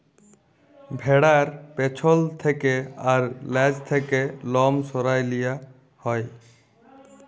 ভ্যাড়ার পেছল থ্যাকে আর লেজ থ্যাকে লম সরাঁয় লিয়া হ্যয়